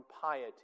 piety